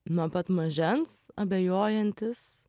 nuo pat mažens abejojantis